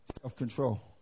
self-control